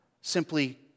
Simply